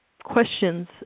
questions